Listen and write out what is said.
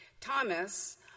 Thomas